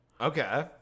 Okay